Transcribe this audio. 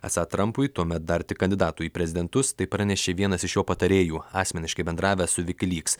esą trampui tuomet dar tik kandidatui į prezidentus tai pranešė vienas iš jo patarėjų asmeniškai bendravęs su viki lyks